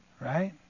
right